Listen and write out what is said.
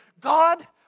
God